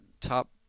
top